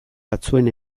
batzuen